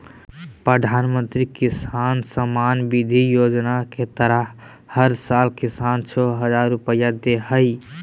प्रधानमंत्री किसान सम्मान निधि योजना के तहत हर साल किसान, छह हजार रुपैया दे हइ